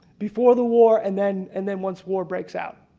before the war and then, and then once war breaks out.